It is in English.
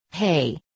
Hey